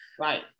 right